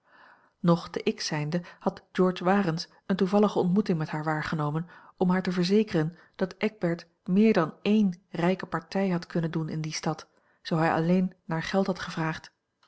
nog te x zijnde had george warens eene toevallige ontmoeting met haar waargenomen om haar te verzekeren dat eckbert meer dan één rijke partij had kunnen doen in die stad zoo hij alleen naar geld had gevraagd